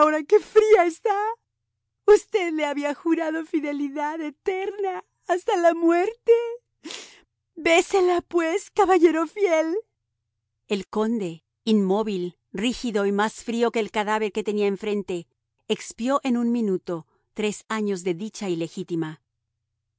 qué fría está usted le había jurado fidelidad eterna hasta la muerte bésela pues caballero fiel el conde inmóvil rígido y más frío que el cadáver que tenía enfrente expió en un minuto tres años de dicha ilegítima